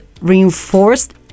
reinforced